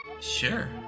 Sure